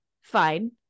fine